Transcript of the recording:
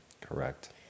Correct